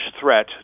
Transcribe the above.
threat